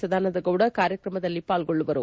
ಸದಾನಂದಗೌಡ ಕಾರ್ಯಕ್ರಮದಲ್ಲಿ ಪಾಲ್ಗೊಳ್ಳುವರು